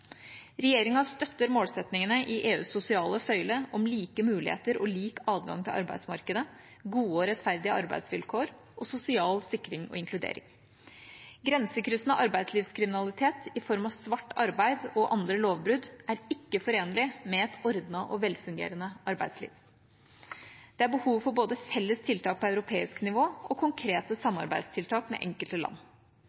Regjeringa støtter målsettingene i EUs sosiale søyle om like muligheter og lik adgang til arbeidsmarkedet, gode og rettferdige arbeidsvilkår og sosial sikring og inkludering. Grensekryssende arbeidslivskriminalitet i form av svart arbeid og andre lovbrudd er ikke forenlig med et ordnet og velfungerende arbeidsliv. Det er behov for både felles tiltak på europeisk nivå og konkrete